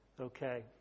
Okay